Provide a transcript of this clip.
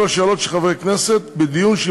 אז